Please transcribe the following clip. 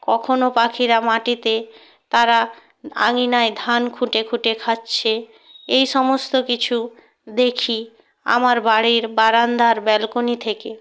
কখনও পাখিরা মাটিতে তারা আঙ্গিনায় ধান খুঁটে খুঁটে খাচ্ছে এই সমস্ত কিছু দেখি আমার বাড়ির বারান্দার ব্যালকনি থেকে